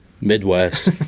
Midwest